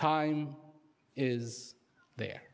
time is there